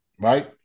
right